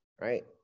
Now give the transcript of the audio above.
right